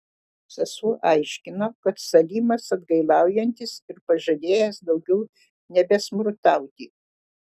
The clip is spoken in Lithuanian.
sesuo aiškino kad salimas atgailaujantis ir pažadėjęs daugiau nebesmurtauti